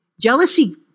Jealousy